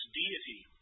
deity